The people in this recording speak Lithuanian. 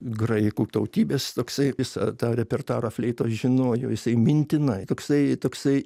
graikų tautybės toksai visą tą repertuarą fleitos žinojo jisai mintinai toksai toksai